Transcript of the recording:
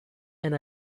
and